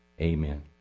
Amen